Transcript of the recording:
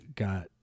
Got